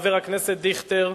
חבר הכנסת דיכטר,